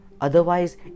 otherwise